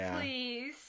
please